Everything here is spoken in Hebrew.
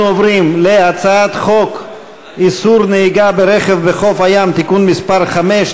אנחנו עוברים להצעת חוק איסור נהיגה ברכב בחוף הים (תיקון מס' 5),